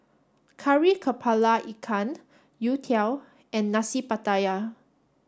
Kari Kepala Ikan youtiao and Nasi Pattaya